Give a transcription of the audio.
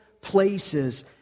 places